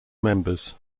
members